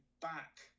back